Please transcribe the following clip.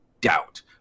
doubt